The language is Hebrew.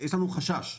יש לנו חשש כזה,